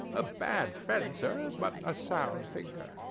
a bad fencer, but a sound thinker.